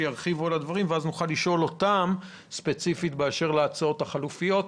שיעברו על הדברים ואז נוכל לשאול אותם ספציפית לגבי הצעות חלופיות.